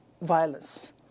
violence